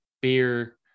beer